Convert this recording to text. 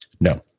No